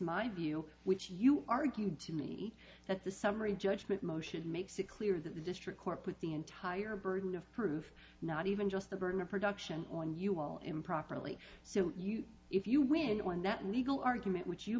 my view which you argued to me that's a summary judgment motion makes it clear that the district court put the entire burden of proof not even just the burden of production on you all improperly so you if you win on that legal argument w